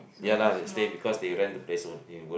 ya lah they stay because they rent the place only